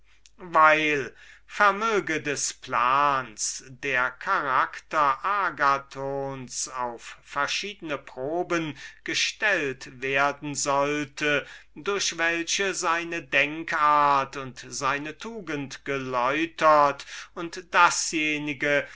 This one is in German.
weil nach unserm plan der charakter unsers helden auf verschiedene proben gestellt werden sollte durch welche seine denkensart und seine tugend erläutert und dasjenige